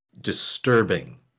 disturbing